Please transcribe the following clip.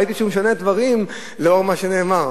ראיתי שהוא משנה דברים לאור מה שנאמר,